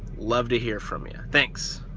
love to hear from you. thanks.